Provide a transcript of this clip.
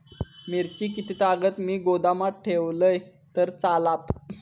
मिरची कीततागत मी गोदामात ठेवलंय तर चालात?